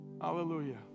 Hallelujah